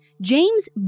James